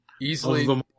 easily